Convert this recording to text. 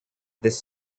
this